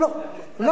לא.